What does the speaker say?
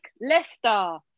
leicester